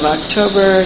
October